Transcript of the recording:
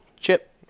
Chip